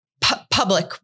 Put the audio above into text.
public